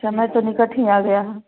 समय तो निकट ही आ गया है